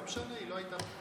זה לא משנה, היא לא הייתה פה.